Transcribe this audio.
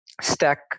stack